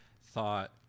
thought